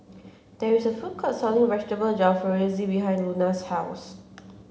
there is a food court selling Vegetable Jalfrezi behind Luna's house